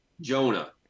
Jonah